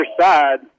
side